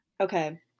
Okay